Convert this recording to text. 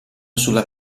sulla